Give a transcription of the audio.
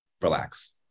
relax